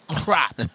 Crap